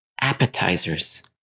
appetizers